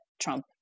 Trump